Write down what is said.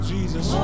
Jesus